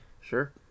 Sure